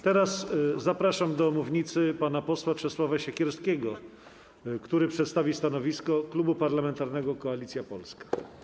Teraz zapraszam na mównicę pana posła Czesława Siekierskiego, który przedstawi stanowisko Klubu Parlamentarnego Koalicja Polska.